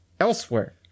elsewhere